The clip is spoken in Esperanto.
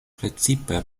precipe